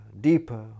deeper